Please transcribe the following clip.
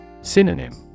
Synonym